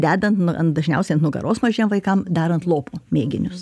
dedant ant dažniausiai ant nugaros mažiem vaikams darant lopo mėginius